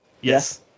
yes